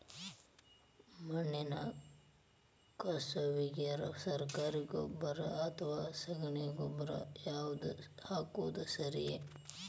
ಮಣ್ಣಿನ ಕಸುವಿಗೆ ಸರಕಾರಿ ಗೊಬ್ಬರ ಅಥವಾ ಸಗಣಿ ಗೊಬ್ಬರ ಯಾವ್ದು ಹಾಕೋದು ಸರೇರಿ?